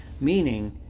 meaning